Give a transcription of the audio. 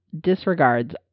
disregards